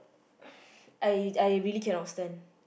I I really cannot stand